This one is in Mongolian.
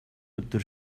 өдөр